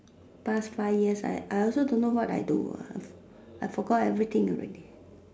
past five years I I also don't know what I do I forgot everything already